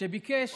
שביקש